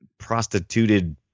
prostituted